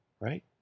right